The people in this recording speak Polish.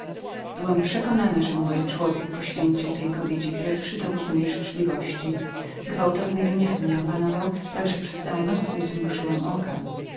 byłam przekonaną że młody człowiek poświęcił tej kobiecie pierwszy dowód mojej życzliwości gwałtowny gniew mnie opanował tak że przez całą noc nie zmrużyłam oka